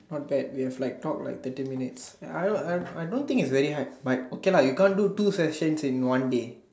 not bad we have like talked like thirty minutes I don't I I don't think it's very hard but okay lah you can't do two sessions in one day